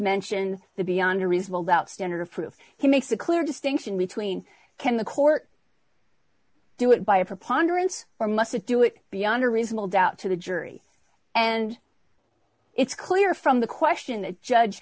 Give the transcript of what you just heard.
mentioned the beyond a reasonable doubt standard of proof he makes a clear distinction between can the court do it by a preponderance or must it do it beyond a reasonable doubt to the jury and it's clear from the question that judge